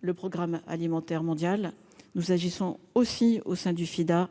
le Programme alimentaire mondial, nous agissons aussi au sein du FIDA